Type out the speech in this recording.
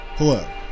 Hello